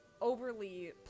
overly